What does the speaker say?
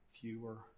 fewer